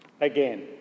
Again